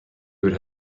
would